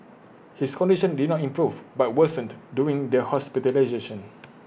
his condition did not improve but worsened during their hospitalisation